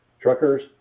truckers